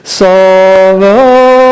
sorrow